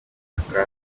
gushaka